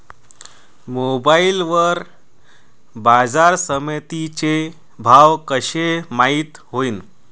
Mobile वर बाजारसमिती चे भाव कशे माईत होईन?